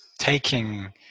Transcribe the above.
taking